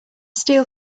steel